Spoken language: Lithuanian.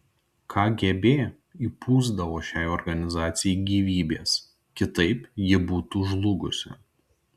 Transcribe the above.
kgb įpūsdavo šiai organizacijai gyvybės kitaip ji būtų žlugusi